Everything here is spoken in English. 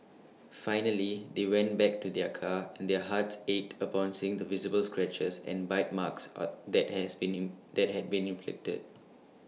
finally they went back to their car and their hearts ached upon seeing the visible scratches and bite marks are that has been that had been inflicted